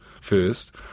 first